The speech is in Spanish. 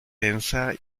densa